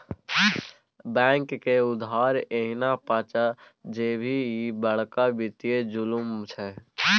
बैंकक उधार एहिना पचा जेभी, ई बड़का वित्तीय जुलुम छै